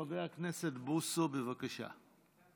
חבר הכנסת בוסו, בבקשה.